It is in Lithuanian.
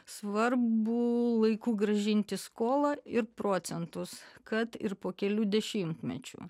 svarbu laiku grąžinti skolą ir procentus kad ir po kelių dešimtmečių